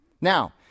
Now